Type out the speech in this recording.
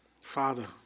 Father